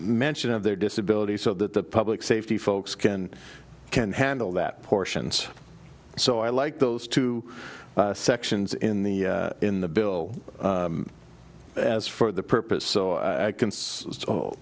mention of their disability so that the public safety folks can can handle that portions so i like those two sections in the in the bill as for the purpose so i can